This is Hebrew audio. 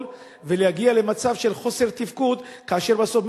ולהגיע למצב של חוסר תפקוד כאשר בסוף,